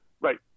Right